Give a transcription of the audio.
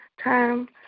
Time